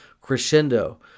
crescendo